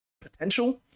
potential